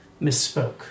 misspoke